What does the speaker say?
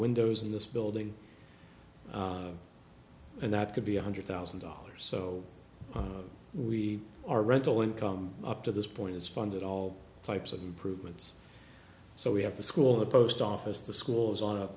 windows in this building and that could be one hundred thousand dollars so we are rental income up to this point is funded all types of improvements so we have the school the post office the school is on a